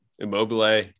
Immobile